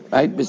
Right